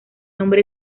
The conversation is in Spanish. nombre